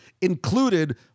included